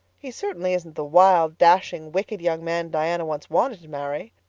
he certainly isn't the wild, dashing, wicked, young man diana once wanted to marry,